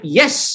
yes